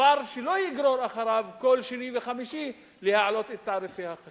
דבר שלא יגרור אחריו כל שני וחמישי העלאות של תעריפי החשמל.